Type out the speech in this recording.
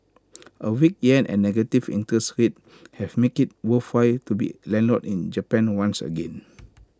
A weak Yen and negative interest rates have made IT worthwhile to be A landlord in Japan once again